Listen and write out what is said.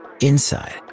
Inside